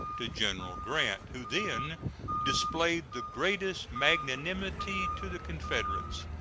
to general grant, who then displayed the greatest magnanimity to the confederates,